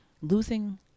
losing